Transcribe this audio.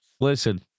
listen